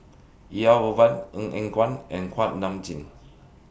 Elangovan Ong Eng Guan and Kuak Nam Jin